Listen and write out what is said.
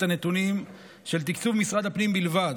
את הנתונים של תקצוב משרד הפנים בלבד